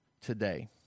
today